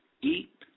eat